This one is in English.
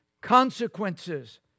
consequences